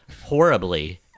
horribly